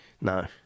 No